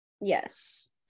Yes